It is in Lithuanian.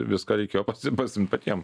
viską reikėjo pasiim pasiimt patiem